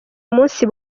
munsi